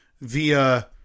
via